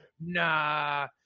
nah